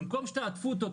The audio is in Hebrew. במקום שתעטפו אותו,